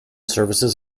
services